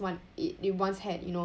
once it it once had you know